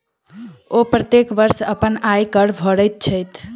ओ प्रत्येक वर्ष अपन आय कर भरैत छथि